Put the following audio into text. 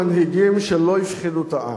פחדו,